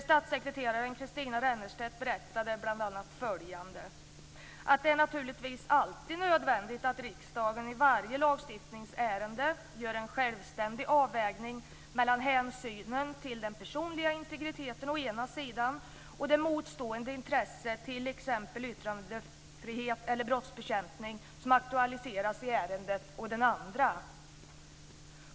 Statssekreteraren Kristina Rennerstedt berättade bl.a. att det naturligtvis alltid är nödvändigt att riksdagen i varje lagstiftningsärende gör en självständig avvägning mellan hänsynen till den personliga integriteten å ena sidan och det motstående intresset, t.ex. yttrandefrihet eller brottsbekämpning som aktualiseras i ärendet, å den andra sidan.